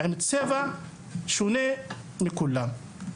שונה מכולם.